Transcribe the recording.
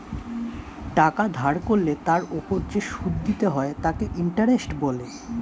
টাকা ধার করলে তার ওপর যে সুদ দিতে হয় তাকে ইন্টারেস্ট বলে